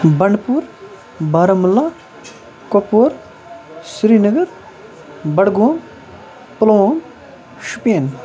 بَنٛڈ پوٗر بارہمولَہ کۄپوور سِرینَگر بَڈگووم پُلووم شُپین